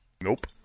Nope